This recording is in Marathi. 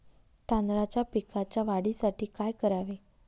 तांदळाच्या पिकाच्या वाढीसाठी काय करावे?